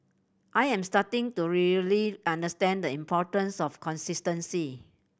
I am starting to really understand the importance of consistency